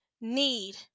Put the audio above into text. need